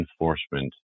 enforcement